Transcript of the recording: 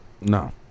No